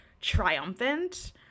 triumphant